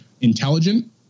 intelligent